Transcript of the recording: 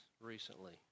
recently